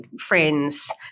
friends